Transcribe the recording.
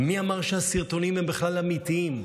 מי אמר שהסרטונים בכלל אמיתיים?